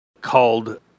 called